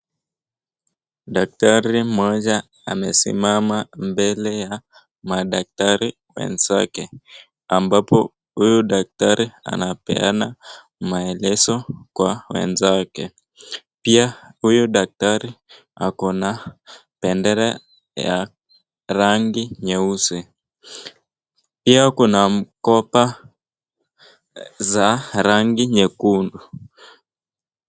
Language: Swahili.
Daktari mmoja amesimama mbele ya madaktari wenzake, ambapo huyo daktari anapeana maelezo kwa wenzake. Pia huyo daktari akona bendera ya rangi nyeusi pia kuna mkoba za rangi nyekundu.